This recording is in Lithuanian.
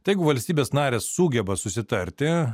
tai jeigu valstybės narės sugeba susitarti